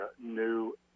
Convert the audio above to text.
new